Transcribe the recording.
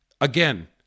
Again